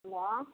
hello